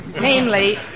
Namely